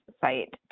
site